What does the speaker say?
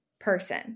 person